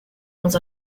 dans